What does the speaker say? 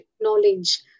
knowledge